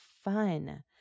fun